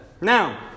Now